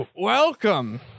Welcome